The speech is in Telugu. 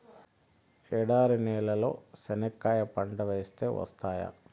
ఎడారి నేలలో చెనక్కాయ పంట వేస్తే వస్తాయా?